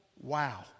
wow